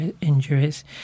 injuries